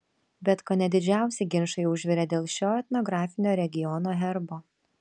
bet kone didžiausi ginčai užvirė dėl šio etnografinio regiono herbo